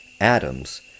atoms